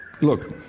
look